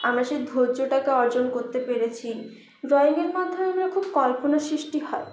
আমরা সেই ধৈর্যটাকে অর্জন করতে পেরেছি ড্রয়িংয়ের মাধ্যমে আমরা খুব কল্পনা সৃষ্টি হয়